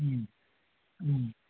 अँ अँ